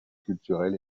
culturel